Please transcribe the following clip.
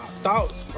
thoughts